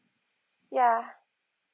ya